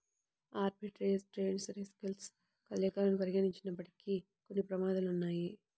arbitrage trades riskless కదలికలను పరిగణించబడినప్పటికీ, కొన్ని ప్రమాదాలు ఉన్నయ్యి